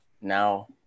Now